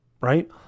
right